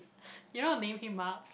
you want name him mark